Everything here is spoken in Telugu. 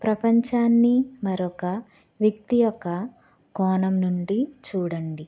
ప్రపంచాన్ని మరి ఒక వ్యక్తి యొక్క కోణం నుండి చూడండి